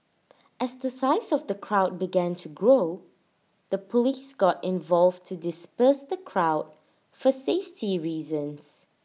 as the size of the crowd began to grow the Police got involved to disperse the crowd for safety reasons